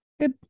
good